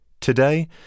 Today